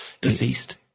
Deceased